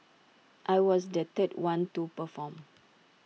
I was the third one to perform